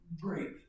great